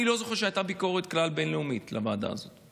אני לא זוכר שהייתה ביקורת בין-לאומית לוועדה הזאת כלל.